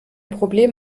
problem